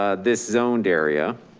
ah this zoned area